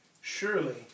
Surely